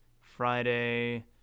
Friday